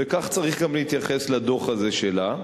וכך צריך גם להתייחס לדוח הזה שלה.